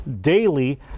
daily